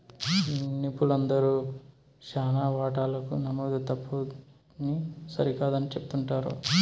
నిపుణులందరూ శానా వాటాలకు నమోదు తప్పుని సరికాదని చెప్తుండారు